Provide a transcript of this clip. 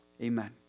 Amen